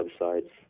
websites